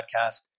Podcast